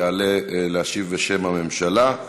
יעלה להשיב בשם הממשלה.